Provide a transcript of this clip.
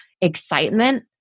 excitement